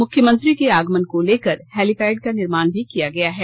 मुख्यमंत्री के आगमन को लेकर हेलीपैड का निर्माण भी किया गया है